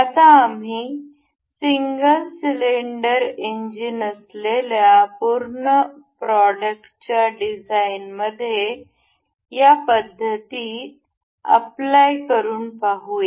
आता आम्ही single cylinder engine असलेल्या पूर्ण प्रॉडक्टच्या डिझाइनमध्ये त्या पद्धती अप्लाय करून पाहूया